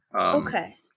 Okay